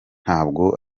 ntabwo